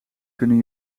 kunnen